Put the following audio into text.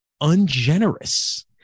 ungenerous